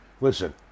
Listen